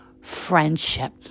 friendship